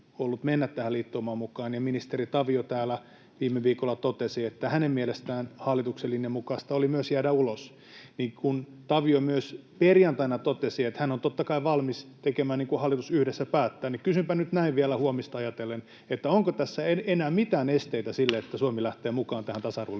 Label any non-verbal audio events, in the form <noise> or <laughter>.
ollut mennä tähän liittoumaan mukaan, niin ministeri Tavio täällä viime viikolla totesi, että hänen mielestään hallituksen linjan mukaista oli myös jäädä ulos, ja niin kuin Tavio myös perjantaina totesi, hän on, totta kai, valmis tekemään niin kuin hallitus yhdessä päättää. Eli kysynpä nyt näin vielä huomista ajatellen: onko tässä enää mitään esteitä sille, <noise> että Suomi lähtee mukaan tähän tasa-arvoliittoumaan?